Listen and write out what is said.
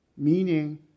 Meaning